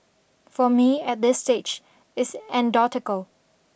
for me at this stage it's andotical